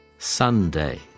Sunday